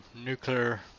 nuclear